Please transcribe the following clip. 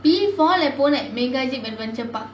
P four லே போனேன்:lae ponaen Megazip adventure park